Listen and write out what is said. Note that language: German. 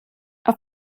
auf